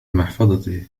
محفظتي